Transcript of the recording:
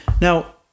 now